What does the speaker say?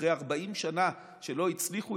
אחרי 40 שנה שלא הצליחו,